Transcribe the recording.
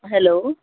hello